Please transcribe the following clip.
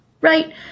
right